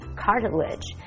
cartilage